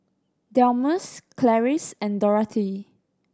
Delmus Clarice and Dorathea